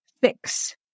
fix